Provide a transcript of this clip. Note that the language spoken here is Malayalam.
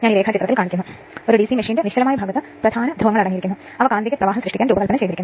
രണ്ട് പരീക്ഷണങ്ങളിലും ഉയർന്ന വോൾട്ടേജ് ഭാഗത്തേക്ക് വിതരണം നൽകുന്നു